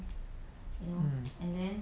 mm